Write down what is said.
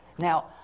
Now